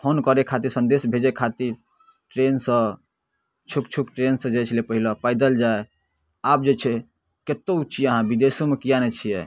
phone करै खातिर सन्देश भेजै खातिर ट्रेनसँ छुक छुक ट्रेनसँ जाइ छलै पहिले पैदल जाए आब जे छै कतहु छी अहाँ विदेशोमे किएक नहि छिए